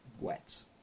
wet